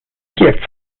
gifts